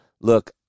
Look